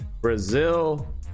brazil